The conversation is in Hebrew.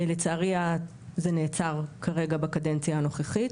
לצערי זה נעצר כרגע בקדנציה הנוכחית.